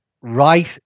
right